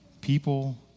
people